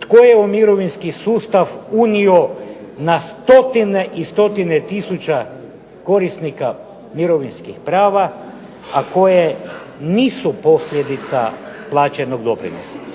Tko je u mirovinski sustav unio na stotine i stotine tisuća korisnika mirovinskih prava, a koje nisu posljedica plaćenog doprinosa?